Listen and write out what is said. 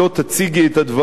אתה מחכה לה בטורקיה?